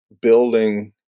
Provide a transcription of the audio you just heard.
building